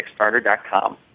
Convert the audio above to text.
kickstarter.com